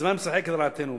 הזמן משחק לרעתנו.